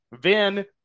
Vin